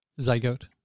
Zygote